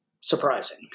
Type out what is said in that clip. surprising